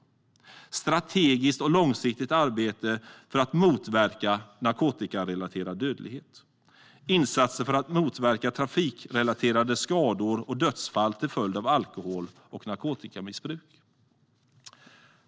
Det handlar om strategiskt och långsiktigt arbete för att motverka narkotikarelaterad dödlighet och om insatser för att motverka trafikrelaterade skador och dödsfall till följd av alkohol och narkotikamissbruk.